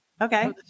Okay